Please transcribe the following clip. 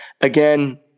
again